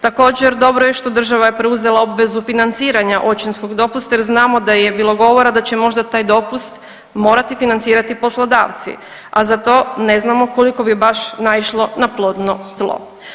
Također dobro je što država je preuzela obvezu financiranja očinskog dopusta jer znamo da je bilo govora da će možda taj dopust morati financirati poslodavci, a za to ne znamo koliko bi baš naišlo na plodno tlo.